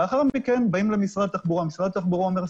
אבל לאחר מכן באים למשרד התחבורה ומשרד התחבורה אומר,